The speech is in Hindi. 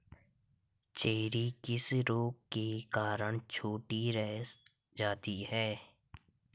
चेरी किस रोग के कारण छोटी रह जाती है?